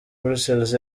brussels